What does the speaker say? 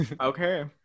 okay